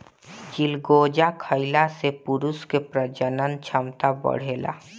चिलगोजा खइला से पुरुष के प्रजनन क्षमता बढ़ेला